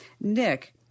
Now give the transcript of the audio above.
Nick